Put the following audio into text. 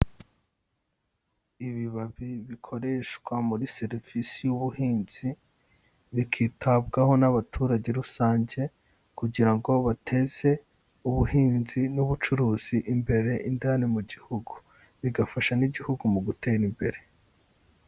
Ibibabi bikoreshwa muri serivisi y'ubuhinzi, bikitabwaho n'abaturage rusange kugira ngo bateze ubuhinzi n'ubucuruzi imbere indani mu gihugu, bigafasha n'Igihugu mu gutera imbere.